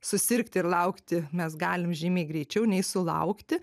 susirgti ir laukti mes galim žymiai greičiau nei sulaukti